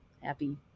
happy